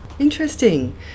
Interesting